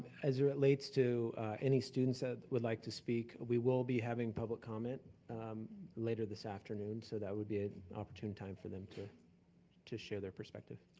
as it relates to any students that would like to speak, we will be having public comment later this afternoon, so that would be an opportunity time for them to to share their perspective.